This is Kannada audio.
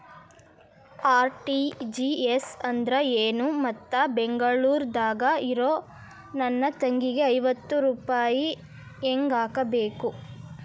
ಆರ್.ಟಿ.ಜಿ.ಎಸ್ ಅಂದ್ರ ಏನು ಮತ್ತ ಬೆಂಗಳೂರದಾಗ್ ಇರೋ ನನ್ನ ತಂಗಿಗೆ ಐವತ್ತು ಸಾವಿರ ರೂಪಾಯಿ ಹೆಂಗ್ ಹಾಕಬೇಕು?